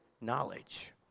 knowledge